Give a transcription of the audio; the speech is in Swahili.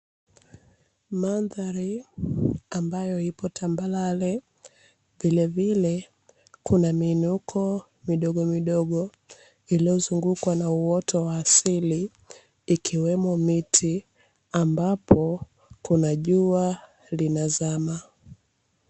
Mandhari ambayo ipo tambalale, vilevile kuna miinuko midogo midogo iliozungukwa na uoto wa asili ikiwemo miti ambapo, kuna jua linazama.